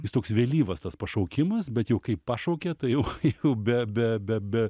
jis toks vėlyvas tas pašaukimas bet jau kai pašaukia tai jau jau be be be be